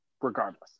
regardless